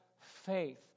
faith